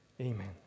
Amen